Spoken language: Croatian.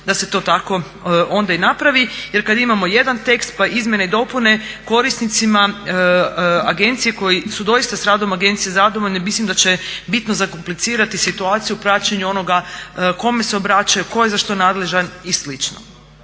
da se to tako onda i napravi jer kad imamo jedan tekst, pa izmjene i dopune korisnicima agencije koji su dosta s radom agencije zadovoljni mislim da će bitno zakomplicirati situaciju u praćenju onoga kome se obraćaju, ko je za što nadležan i